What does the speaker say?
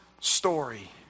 story